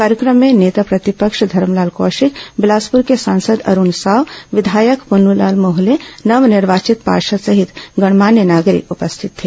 कार्यक्रम में नेता प्रतिपक्ष धरमलाल कौशिक बिलासपुर के सांसद अरूण साव विधायक पुन्नूलाल मोहले नव निर्वाचित पार्षद सहित गणमान्य नागरिक उपस्थित थे